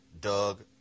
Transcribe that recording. Doug